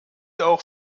auch